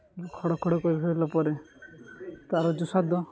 ଖଡ଼ଖଡ଼ କରି ସାରିଲା ପରେ ତା'ର ଯେଉଁ ସ୍ଵାଦ